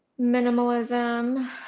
minimalism